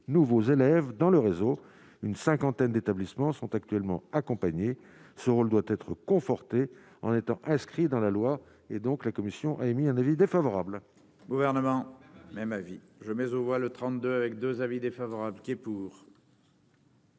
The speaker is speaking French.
nouveaux élèves dans le réseau, une cinquantaine d'établissements sont actuellement accompagné ce rôle doit être confortée en étant inscrit dans la loi et donc la commission a émis un avis défavorable. Gouvernement même avis je mais on voit le 32 avec 2 avis défavorables qui est pour.